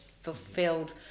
fulfilled